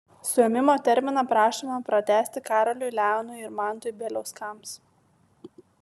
suėmimo terminą prašoma pratęsti karoliui leonui ir mantui bieliauskams